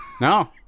No